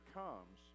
comes